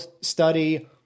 study